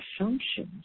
assumptions